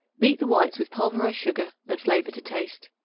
beat the whites with pulverized sugar and flavor to taste.